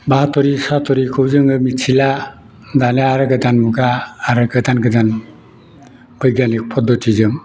बातरि सातरिखौ जोङो मिथिला दानिया आरो गोदान मुगा आरो गोदान गोदान बैग्यानिक पद्ध'तिजों